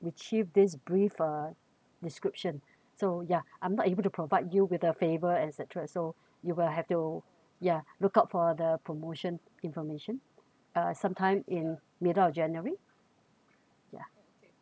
retrieve this brief uh description so yeah I'm not able to provide you with the flavor et cetera so you will have to ya look out for the promotion information uh sometime in middle of january ya